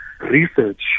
research